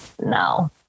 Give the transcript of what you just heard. No